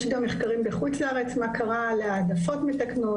יש גם מחקרים בחו"ל מה קרה להעדפות מתקנות,